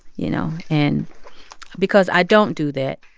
you know? and because i don't do that,